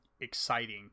exciting